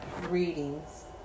readings